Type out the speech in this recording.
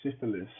syphilis